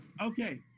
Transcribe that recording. Okay